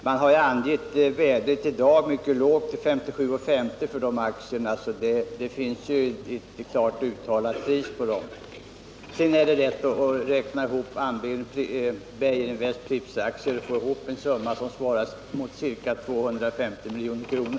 Herr talman! Man har i dag angett värdet mycket lågt för de aktierna, nämligen 57:50 kr. Det finns alltså ett klart uttalat pris på dem. Sedan är det lätt att räkna ihop andelen Beijerinvestoch Prippsaktier, och då får man en summa som motsvarar ca 250 milj.kr.